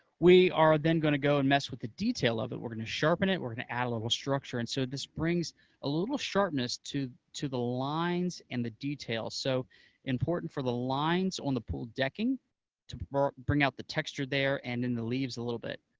we are then going to go and mess with the detail of it. we're going to sharpen it and we're going to add a little structure, and so this brings a little sharpness to to the lines and the detail. so important for the lines on the pool decking to bring out the texture there and in the leaves a little bit.